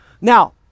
Now